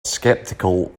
sceptical